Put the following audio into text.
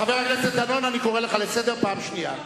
חבר הכנסת דנון, אני קורא לך לסדר פעם שנייה.